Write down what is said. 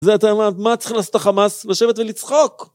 זה, אתה אומר, מה צריך לעשות החמאס? לשבת ולצחוק?